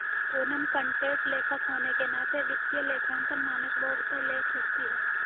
Poonam content लेखक होने के नाते वित्तीय लेखांकन मानक बोर्ड पर लेख लिखती है